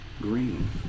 green